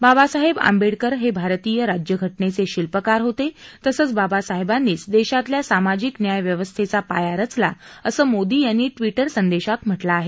बाबासाहेब आंबेडकर हे भारतीय राज्यघटनेचे शिल्पकार होते तसंच बाबासाहेबांनीच देशातल्या सामाजिक न्याय व्यवस्थेचा पाया रचला असं मोदी यांनी ट्विटर संदेशात म्हटलं आहे